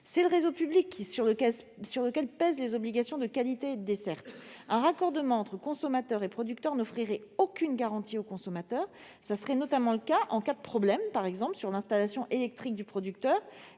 c'est sur lui que pèsent les obligations de qualité et de desserte. Un raccordement entre consommateur et producteur n'offrirait aucune garantie au consommateur, notamment en cas de problème, par exemple sur l'installation électrique du producteur.